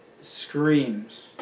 screams